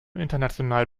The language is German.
international